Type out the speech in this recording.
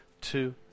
two